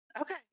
Okay